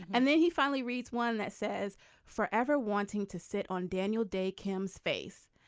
and then he finally reads one that says forever wanting to sit on daniel day kim's face.